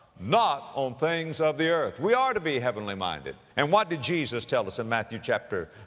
not on things of the earth. we are to be heavenly minded. and what did jesus tell us in matthew chapter,